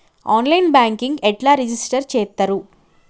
On line banking ఎట్లా register చేత్తరు?